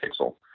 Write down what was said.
pixel